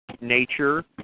nature